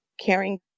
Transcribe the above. caring